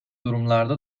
durumlarda